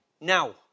now